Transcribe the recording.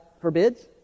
forbids